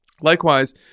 Likewise